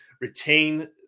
retain